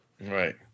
Right